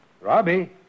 Robbie